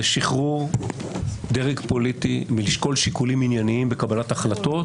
זה שחרור דרג פוליטי מלשקול שיקולים ענייניים בקבלת החלטות,